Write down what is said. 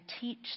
teach